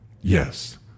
Yes